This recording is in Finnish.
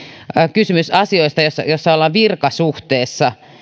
kysymys asioista joissa ollaan virkasuhteessa